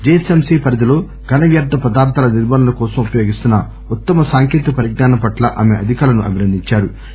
GHMC పరిధిలో ఘన వ్యర్ధ పదార్ధాల నిర్మూలన కోసం ఉపయోగిస్తున్న ఉత్తమ సాంకేతిక పరిజ్నా నం పట్ల ఆమె అధికారులను అభినందించారు